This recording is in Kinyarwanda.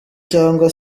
cyangwa